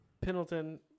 Pendleton